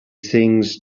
things